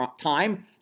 time